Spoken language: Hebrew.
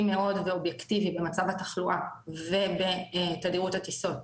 מאוד ואובייקטיבי במצב התחלואה ובתדירות הטיסות